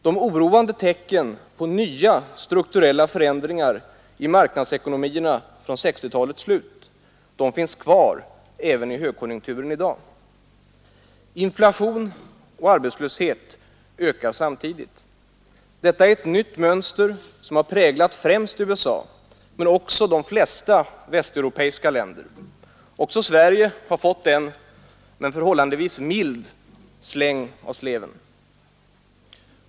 De oroande tecknen på nya strukturella förändringar i marknadsekonomierna från 1960-talets slut finns kvar även i högkonjunkturen i dag. Inflation och arbetslöshet ökar samtidigt. Detta är ett nytt mönster som präglat främst USA men också de flesta västeuropeiska länder. Också Sverige har fått en — om än förhållandevis mild — släng av sleven.